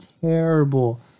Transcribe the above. terrible